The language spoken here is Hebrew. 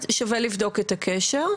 אבל שווה לבדוק את הקשר.